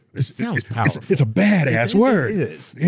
it sounds powerful. it's a badass word. it is,